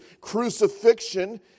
crucifixion